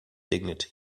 dignity